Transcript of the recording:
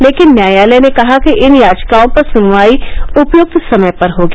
लेकिन न्यायालय ने कहा कि इन याचिकाओं पर सुनवाई उपयुक्त समय पर होगी